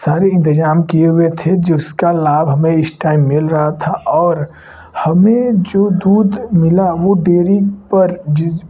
सारे इंतेज़ाम किए हुए थे जिसका लाभ हमें इस टाइम मिल रहा था और हमें जो दूध मिला वह डेरी पर